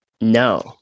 No